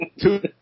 Two